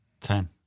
Ten